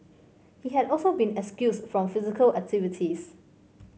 he had also been excused from physical activities